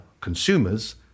consumers